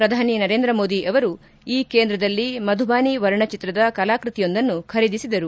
ಪ್ರಧಾನಿ ನರೇಂದ್ರ ಮೋದಿ ಅವರು ಈ ಕೇಂದ್ರದಲ್ಲಿ ಮಧುಬಾನಿ ವರ್ಣಚಿತ್ರದ ಕಲಾಕೃತಿಯೊಂದನ್ನು ಖರೀದಿಸಿದರು